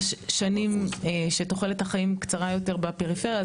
שנים שתוחלת החיים קצרה יותר בפריפריה,